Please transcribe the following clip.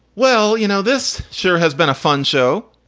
well, you know, this sure has been a fun show.